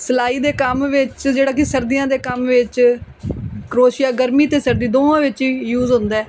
ਸਿਲਾਈ ਦੇ ਕੰਮ ਵਿੱਚ ਜਿਹੜਾ ਕਿ ਸਰਦੀਆਂ ਦੇ ਕੰਮ ਵਿੱਚ ਕਰੋਸ਼ੀਆ ਗਰਮੀ ਅਤੇ ਸਰਦੀ ਦੋਵਾਂ ਵਿੱਚ ਹੀ ਯੂਜ ਹੁੰਦਾ